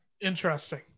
Interesting